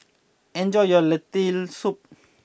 enjoy your Lentil Soup